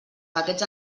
paquets